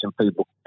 people